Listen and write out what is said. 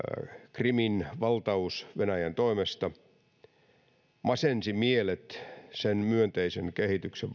krimin valtaus venäjän toimesta masensi mielet sen myönteisen kehityksen